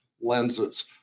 lenses